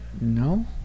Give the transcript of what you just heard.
no